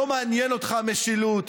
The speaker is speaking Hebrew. לא מעניינת אותך המשילות,